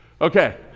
okay